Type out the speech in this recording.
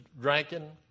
drinking